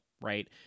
right